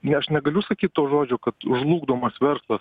ne aš negaliu sakyt to žodžio kad žlugdomas verslas